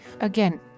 Again